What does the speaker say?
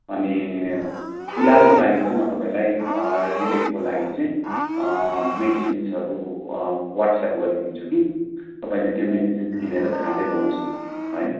अनि फिलहालको लागि चाहिँ म तपाईँलाई रिलिफको लागि चाहिँ मेडिसिन्सहरू वाट्सएप गरिदिन्छु कि तपाईँले त्यो मेडिसिन्स किनेर खाँदै गर्नुहोस् न है